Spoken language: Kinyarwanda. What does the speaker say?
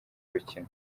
rukino